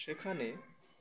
সেখানে